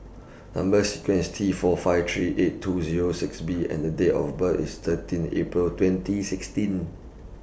Number sequence IS T four five three eight two Zero six B and The Date of birth IS thirteen April twenty sixteen